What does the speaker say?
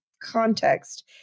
context